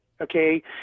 Okay